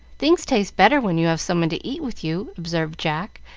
things taste better when you have someone to eat with you, observed jack,